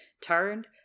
turned